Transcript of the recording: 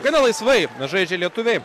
gana laisvai žaidžia lietuviai